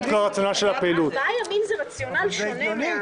ארבעה ימים זה רציונל שונה.